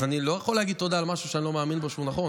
אז אני לא יכול להגיד תודה על משהו שאני לא מאמין שהוא נכון.